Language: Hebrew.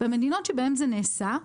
במדינות שבהן זה נעשה,